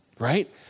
right